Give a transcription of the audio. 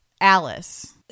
Alice